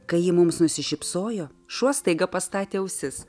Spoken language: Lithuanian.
kai ji mums nusišypsojo šuo staiga pastatė ausis